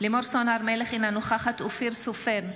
לימור סון הר מלך, אינה נוכחת אופיר סופר,